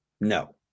No